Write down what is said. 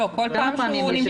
כמה פעמים הוא יכול למשוך?